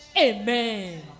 Amen